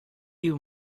you